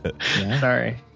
sorry